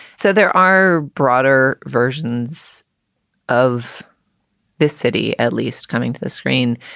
so there are broader versions of this city, at least coming to the screen,